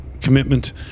commitment